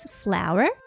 flour，